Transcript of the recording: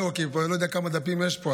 זהו, כי אני כבר לא יודע כמה דפים יש פה.